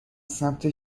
سمت